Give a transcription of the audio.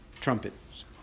trumpets